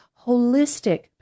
holistic